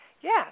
yes